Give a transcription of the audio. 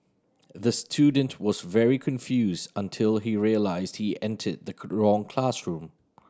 the student was very confused until he realised he entered the wrong classroom